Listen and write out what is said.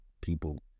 people